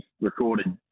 recorded